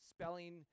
Spelling